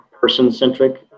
person-centric